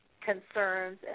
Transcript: concerns